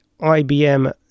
IBM